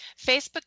Facebook